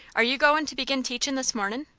are you goin' to begin teachin' this mornin'?